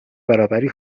برابری